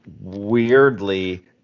weirdly